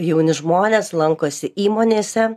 jauni žmonės lankosi įmonėse